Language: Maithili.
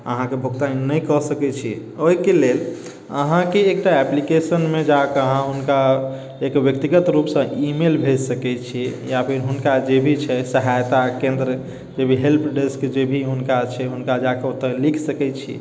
अहाँके भुगतान नहि कऽ सकै छी ओहिके लेल अहाँके एकटा एप्लिकेशनमे जाकऽ अहाँ हुनका एक व्यक्तिगत रुपसँ इमेल भेज सकै छी या फेर हुनका जे भी छै सहायता केन्द्र जे भी हेल्प डेस्क जे भी हुनका छै हुनका जा कऽ ओतय लिख सकै छी